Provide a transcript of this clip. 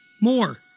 More